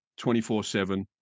24-7